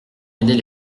aider